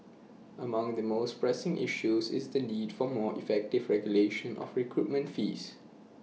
among the most pressing issues is the need for more effective regulation of recruitment fees